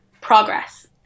progress